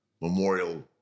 Memorial